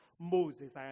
Moses